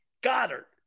Goddard